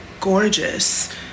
gorgeous